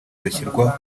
bashyirwa